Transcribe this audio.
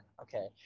okay